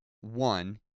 one